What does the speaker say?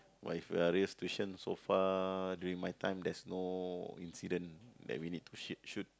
but uh in real situation so far during my time there's no incident that we need to shit shoot